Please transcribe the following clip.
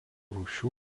rūšių